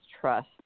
trust